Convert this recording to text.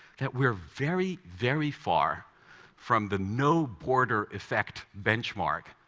that we're very, very far from the no-border effect benchmark,